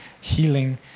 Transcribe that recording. healing